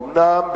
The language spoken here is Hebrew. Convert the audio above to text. אומנם,